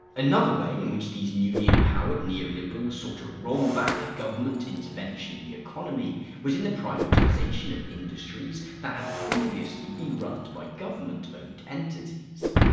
another way in which these newly empowered neoliberal sought to roll back government intervention in the economy was in the privatization of industries that had previously been run by government-owned entities.